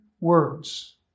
words